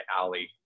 alley